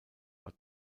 war